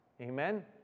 Amen